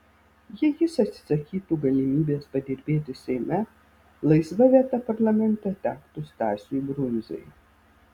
jei jis atsisakytų galimybės padirbėti seime laisva vieta parlamente tektų stasiui brundzai